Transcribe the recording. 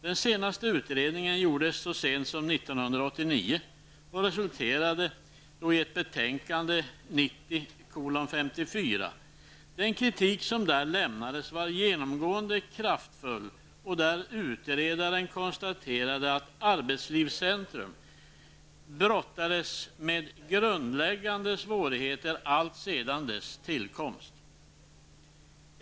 Den senaste utredningen gjordes så sent som 1989 och resulterade i betänkandet SOU 1990:54. Den kritik som där lämnades var genomgående kraftfull, och utredaren konstaterade att arbetslivscentrum brottades med grundläggande svårigheter alltsedan dess tillkomst.